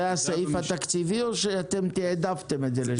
זה הסעיף התקציבי, או שתעדפתם את זה?